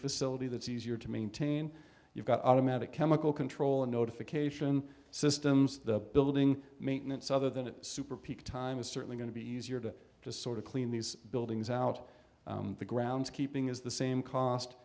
facility that's easier to maintain you've got automatic local control and notification systems the building maintenance other than it super peak time is certainly going to be easier to just sort of clean these buildings out the grounds keeping is the same cost